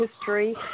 history